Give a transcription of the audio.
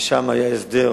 ושם היה הסדר